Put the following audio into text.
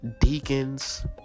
deacons